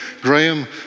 Graham